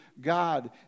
God